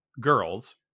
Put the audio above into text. girls